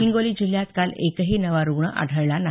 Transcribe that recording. हिंगोली जिल्ह्यात काल एकही नवा रुग्ण आढळला नाही